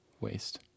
waste